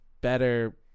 better